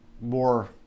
more